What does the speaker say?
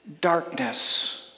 darkness